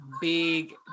big